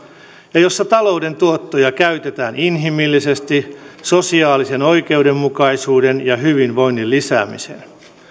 ja jossa talouden tuottoja käytetään inhimillisesti sosiaalisen oikeudenmukaisuuden ja hyvinvoinnin lisäämiseen